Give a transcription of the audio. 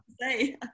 say